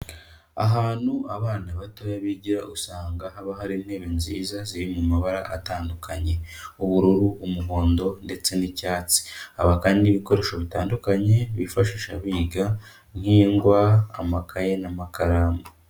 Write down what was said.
Ahantu abana batoya bigira usanga haba hari intebe nziza ziri mu mabara atandukanye, ubururu, umuhondo ndetse n'icyatsi, haba kandi n'ibikoresho bitandukanye bifashisha biga nk'ingwa, amakaye n'amakaramu.